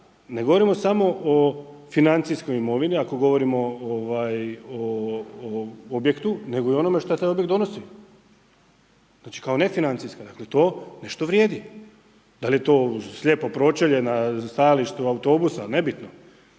ne govorimo samo o financijskoj imovini, ako govorimo o objektu, nego i onome što taj objekt donosi. Znači, kao nefinancijska. Dakle, to nešto vrijedi. Da li je to slijepo pročelje na stajalištu autobusa, nebitno.